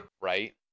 Right